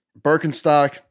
Birkenstock